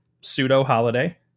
pseudo-holiday